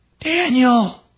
Daniel